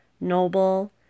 noble